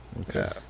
Okay